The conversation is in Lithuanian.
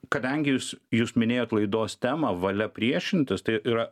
kadangi jūs jūs minėjot laidos temą valia priešintis tai yra